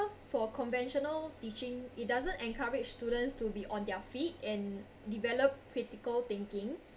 for conventional teaching it doesn't encourage students to be on their feet and develop critical thinking